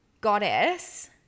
goddess